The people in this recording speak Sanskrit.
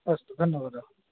अस्तु धन्यवादः